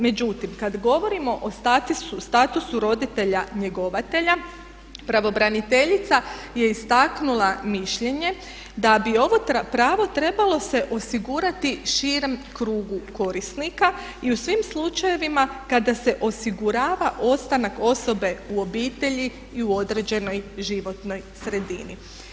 Međutim, kad govorimo o statusu roditelja njegovatelja pravobraniteljica je istaknula mišljenje da bi ovo pravo trebalo se osigurati širem krugu korisnika i u svim slučajevima kada se osigurava ostanak osobe u obitelji i u određenoj životnoj sredini.